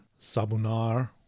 Sabunar